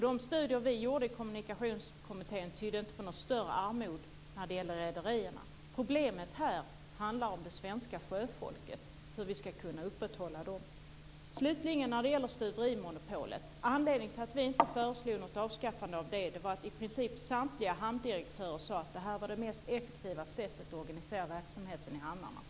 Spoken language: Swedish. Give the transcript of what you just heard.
De studier vi gjorde i Kommunikationskommittén tydde inte på något större armod när det gäller rederierna. Problemet här handlar om det svenska sjöfolket och hur vi skall kunna upprätthålla det. Slutligen till stuveriemonopolet. Anledningen till att vi inte föreslog något avskaffande av det var att i princip samtliga hamndirektörer sade att detta var det mest effektiva sättet att organisera verksamheten i hamnarna.